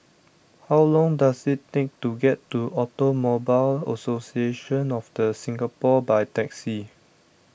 how long does it take to get to Automobile Association of the Singapore by taxi